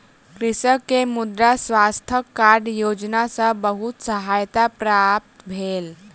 कृषक के मृदा स्वास्थ्य कार्ड योजना सॅ बहुत सहायता प्राप्त भेल